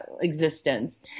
existence